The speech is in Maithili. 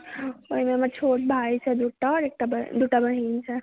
एहिमे हमर छोट भाय अछि दूटा आओर एकटा दूटा बहीन छथि